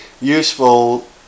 useful